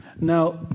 Now